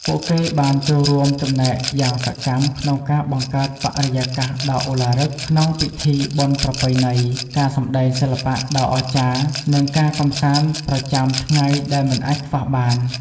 ពួកគេបានចូលរួមចំណែកយ៉ាងសកម្មក្នុងការបង្កើតបរិយាកាសដ៏ឧឡារិកក្នុងពិធីបុណ្យប្រពៃណី ការសម្តែងសិល្បៈដ៏អស្ចារ្យ និងការកម្សាន្តប្រចាំថ្ងៃដែលមិនអាចខ្វះបាន។